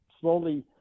slowly